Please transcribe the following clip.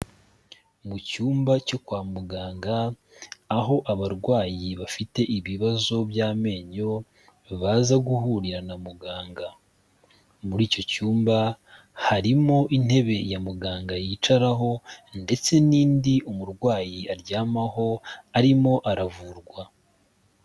Mu cyumba cyo kwa muganga, aho abarwayi bafite ibibazo by'amenyo baza guhurira na muganga. Muri icyo cyumba harimo intebe ya muganga yicaraho ndetse n'indi umurwayi aryamaho arimo aravurwa.